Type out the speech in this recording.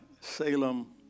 Salem